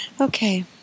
Okay